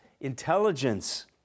intelligence